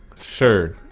sure